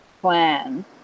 plan